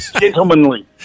gentlemanly